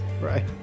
Right